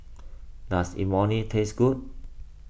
does Imoni taste good